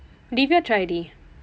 diviya try already